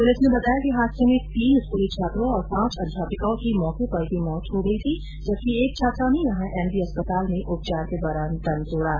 प्रलिस ने बताया कि हादसे में तीन स्कूली छात्रों और पांच अध्यापिकाओं की मौके पर ही मौत हो गयी थी जबकि एक छात्रा ने यहां एमबी अस्पताल में उपचार के दौरान दम तोड़ दिया